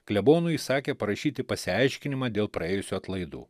klebonui įsakė parašyti pasiaiškinimą dėl praėjusių atlaidų